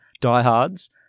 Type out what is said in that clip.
diehards